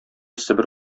себер